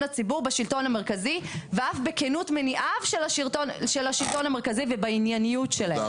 הציבור בשלטון המרכזי ואף בכנות מניעיו של השלטון המרכזי ובענייניות שלהם".